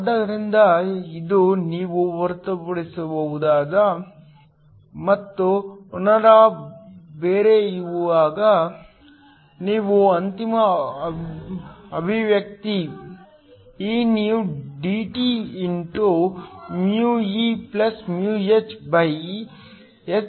ಆದ್ದರಿಂದ ಇದನ್ನು ನೀವು ಹೊರತೆಗೆಯಬಹುದು ಮತ್ತು ನೀವು ಪುನಃ ಬರೆಯುವಾಗ ನೀವು ಅಂತಿಮ ಅಭಿವ್ಯಕ್ತಿ ಅನ್ನು ಪಡೆಯುತ್ತೀರಿ